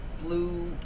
blue